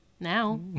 Now